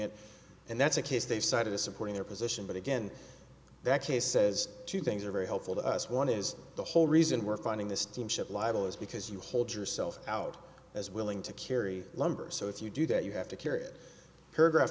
it and that's a case they cited as supporting their position but again that case says two things are very helpful to us one is the whole reason we're finding this steamship libel is because you hold yourself out as willing to carry lumber so if you do that you have to carry a paragraph